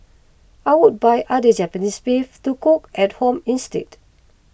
I would buy other Japanese beef to cook at home instead